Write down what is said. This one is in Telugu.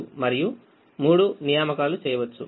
మరియు మనము 3 నియామకాలు చేయవచ్చు